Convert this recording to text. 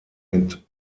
mit